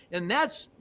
and that's,